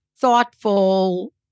thoughtful